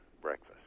breakfast